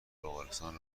بلغارستان